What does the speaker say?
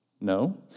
No